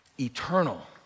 eternal